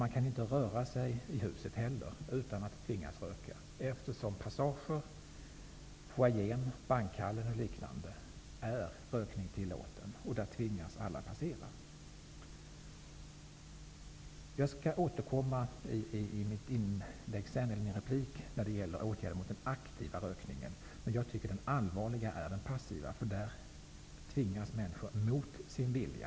Man kan inte röra sig i huset utan att tvingas röka eftersom rökning är tillåten i t.ex. passager, foajén och bankhallen. Där tvingas alla passera. Jag skall återkomma i min replik till frågan om åtgärder mot den aktiva rökningen. Jag tycker att det mest allvarliga är den passiva rökningen, därför att den innebär att människor tvingas att röka mot sin vilja.